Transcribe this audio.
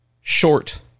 short